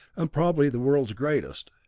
and probably the world's greatest.